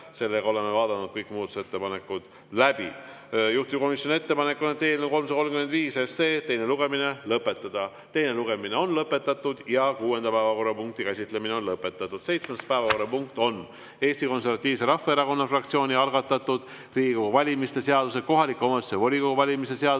Aitäh! Oleme vaadanud kõik muudatusettepanekud läbi. Juhtivkomisjoni ettepanek on eelnõu 335 teine lugemine lõpetada. Teine lugemine on lõpetatud ja ka kuuenda päevakorrapunkti käsitlemine on lõpetatud. Seitsmes päevakorrapunkt on Eesti Konservatiivse Rahvaerakonna fraktsiooni algatatud Riigikogu valimise seaduse, kohaliku omavalitsuse volikogu valimise seaduse